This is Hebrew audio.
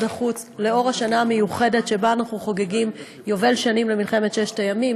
החוץ נוכח השנה המיוחדת שבה אנו חוגגים יובל שנים למלחמת ששת הימים,